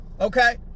Okay